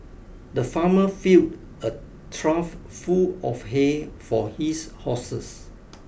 the farmer filled a trough full of hay for his horses